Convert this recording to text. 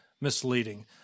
misleading